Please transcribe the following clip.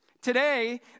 Today